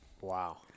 Wow